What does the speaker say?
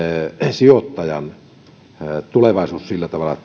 sijoittajan tulevaisuus turvataan sillä tavalla